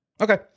Okay